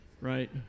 right